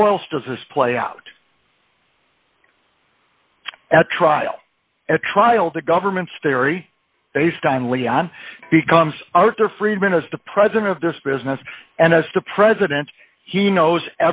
how else does this play out at trial at trial the government's theory based on leon becomes arthur friedman is the president of this business and as the president he knows